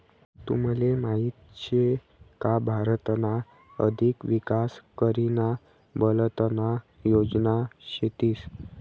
तुमले माहीत शे का भारतना अधिक विकास करीना बलतना योजना शेतीस